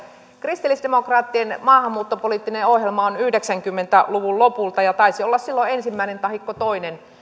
kristillisdemokraattien maahanmuuttopoliittinen ohjelma on yhdeksänkymmentä luvun lopulta ja taisi olla silloin ensimmäinen tahiko toinen